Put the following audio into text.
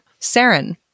Saren